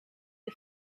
you